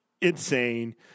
insane